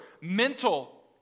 Mental